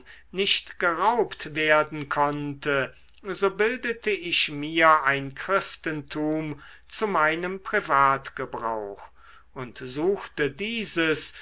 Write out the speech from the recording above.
nicht geraubt werden konnte so bildete ich mir ein christentum zu meinem privatgebrauch und suchte dieses